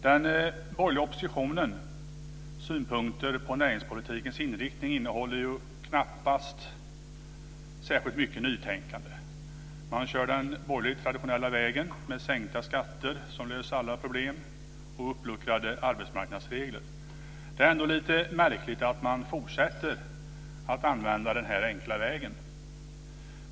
Den borgerliga oppositionens synpunkter på näringspolitikens inriktning innehåller knappast särskilt mycket nytänkande. Man kör den borgerligt traditionella vägen med sänkta skatter som löser alla problem och uppluckrade arbetsmarknadsregler. Det är ändå lite märkligt att man fortsätter att använda denna enkla väg.